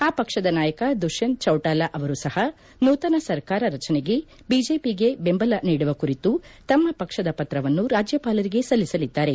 ಆ ಪಕ್ಷದ ನಾಯಕ ದುಷ್ಕಂತ ಚೌಟಾಲಾ ಅವರೂ ಸಹ ನೂತನ ಸರ್ಕಾರ ರಚನೆಗೆ ಬಿಜೆಪಿಗೆ ಬೆಂಬಲ ನೀಡುವ ಕುರಿತು ತಮ್ಮ ಪಕ್ಷದ ಪತ್ರವನ್ನು ರಾಜ್ಯಪಾಲರಿಗೆ ಸಲ್ಲಿಸಲಿದ್ದಾರೆ